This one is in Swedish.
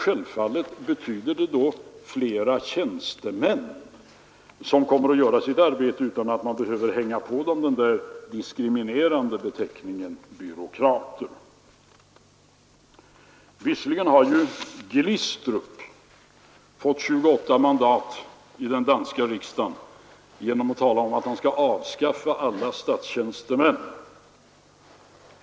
Självfallet betyder det då fler tjänstemän, som kommer att göra sitt arbete utan att man behöver hänga på dem den diskriminerande beteckningen ”byråkrater”. Visserligen har Glistrup fått 28 mandat i den danska riksdagen genom att tala om att han skall avskaffa de flesta statstjänstemän.